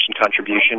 contribution